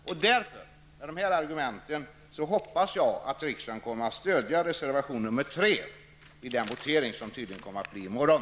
Därför hoppas jag att riksdagen kommer att stödja reservation nr 3 i den votering som tydligen kommer att äga rum i morgon.